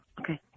Okay